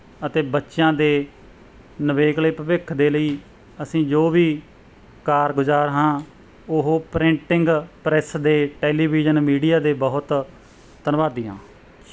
ਅਤੇ ਬੱਚਿਆਂ ਦੇ ਨਵੇਕਲੇ ਭਵਿੱਖ ਦੇ ਲਈ ਅਸੀਂ ਜੋ ਵੀ ਕਾਰਗੁਜ਼ਾਰ ਹਾਂ ਉਹ ਪ੍ਰਿੰਟਿੰਗ ਪ੍ਰੈਸ ਦੇ ਟੈਲੀਵਿਜ਼ਨ ਮੀਡੀਆ ਦੇ ਬਹੁਤ ਧੰਨਵਾਦੀ ਹਾਂ